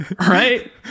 Right